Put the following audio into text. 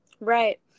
Right